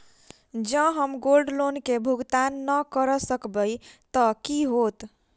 जँ हम gold loan केँ भुगतान न करऽ सकबै तऽ की होत?